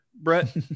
Brett